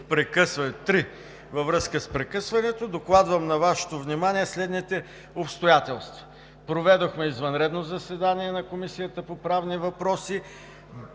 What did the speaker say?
във връзка с прекъсването, докладвам на Вашето внимание следните обстоятелства: проведохме извънредно заседание на Комисията по правни въпроси.